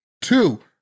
Two